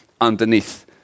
underneath